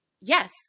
yes